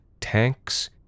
tanks